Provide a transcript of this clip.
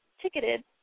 ticketed